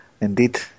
Indeed